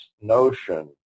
notion